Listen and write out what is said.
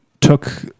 took